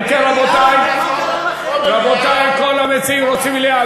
אם כן, רבותי, כל המציעים רוצים מליאה.